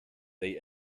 they